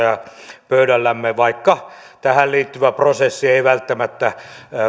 ja pöydällämme vaikka tähän liittyvä prosessi ei välttämättä